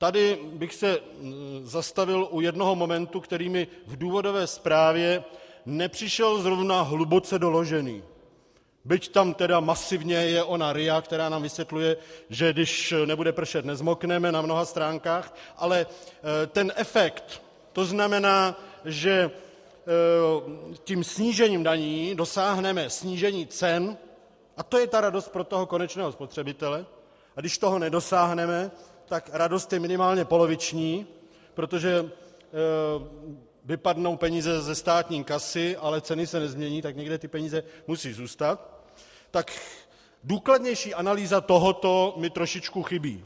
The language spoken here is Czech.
Tady bych se zastavil u jednoho momentu, který mi v důvodové zprávě nepřišel zrovna hluboce doložený, byť tam masivně je ona RIA, která nám vysvětluje, že když nebude pršet, nezmokneme, na mnoha stránkách, ale efekt, tzn., že tím snížením daní dosáhneme snížení cen, a to je radost pro konečného spotřebitele, a když toho nedosáhneme, tak radost je minimálně poloviční, protože vypadnou peníze ze státní kasy, ale ceny se nezmění, tak někde ty peníze musí zůstat, tak důkladnější analýza tohoto mi trochu chybí.